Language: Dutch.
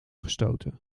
gestoten